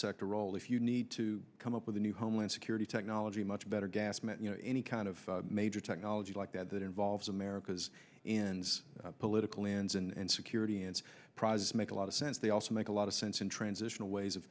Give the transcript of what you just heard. sector role if you need to come up with a new homeland security technology much better gasman you know any kind of major technology like that that involves america's ins political ends and security and privacy make a lot of sense they also make a lot of sense in transitional ways of